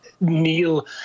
Neil